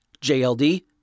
JLD